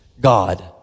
God